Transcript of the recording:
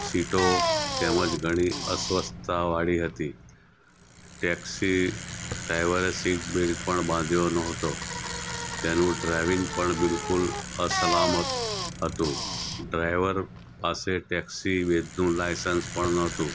સીટો તેમજ ઘણી અસ્વચ્છતાવાળી હતી ટેક્સી ડ્રાઇવરે સીટ બેલ્ટ પણ બાંધ્યો ન હતો તેનું ડ્રાઇવિંગ પણ બિલકુલ અસલામત હતું ડ્રાઈવર પાસે ટેક્સી વૈધનું લાઇસન્સ પણ ન હતું